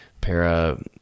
Para